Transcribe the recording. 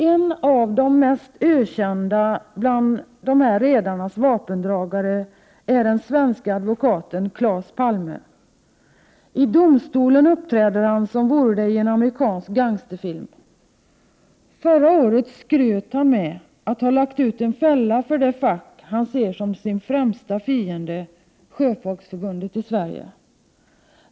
En av de mest ökända bland dessa redares vapendragare är den svenska advokaten Claes Palme. I domstolen uppträder han som vore det i en amerikansk gangsterfilm. Förra året skröt han med att ha lagt ut en fälla för det fack han ser som sin främsta fiende — Sjöfolksförbundet i Sverige.